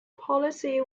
policy